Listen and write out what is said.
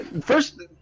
first